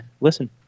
listen